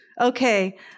Okay